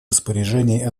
распоряжении